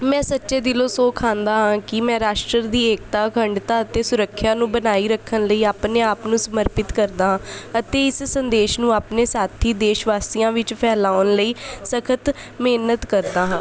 ਮੈਂ ਸੱਚੇ ਦਿਲੋਂ ਸਹੁੰ ਖਾਂਦਾ ਹਾਂ ਕਿ ਮੈਂ ਰਾਸ਼ਟਰ ਦੀ ਏਕਤਾ ਅਖੰਡਤਾ ਅਤੇ ਸੁਰੱਖਿਆ ਨੂੰ ਬਣਾਈ ਰੱਖਣ ਲਈ ਆਪਣੇ ਆਪ ਨੂੰ ਸਮਰਪਿਤ ਕਰਦਾ ਹਾਂ ਅਤੇ ਇਸ ਸੰਦੇਸ਼ ਨੂੰ ਆਪਣੇ ਸਾਥੀ ਦੇਸ਼ਵਾਸੀਆਂ ਵਿੱਚ ਫੈਲਾਉਣ ਲਈ ਸਖ਼ਤ ਮਿਹਨਤ ਕਰਦਾ ਹਾਂ